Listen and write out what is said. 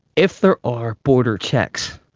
if there are border checks,